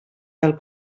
del